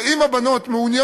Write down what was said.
כדי שאם יהיו הבנות מעוניינות